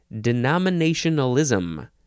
Denominationalism